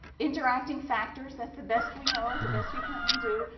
interacting factors, that's the best we know, the best we can do.